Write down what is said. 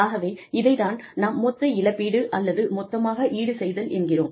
ஆகவே இதைத் தான் நாம் மொத்த இழப்பீடு அல்லது மொத்தமாக ஈடுசெய்தல் என்கிறோம்